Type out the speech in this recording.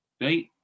right